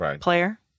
player